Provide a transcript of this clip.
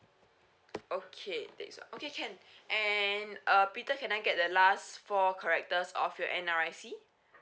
okay okay can and uh peter can I get the last four characters of your N_R_I_C